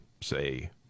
say